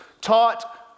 taught